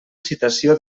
citació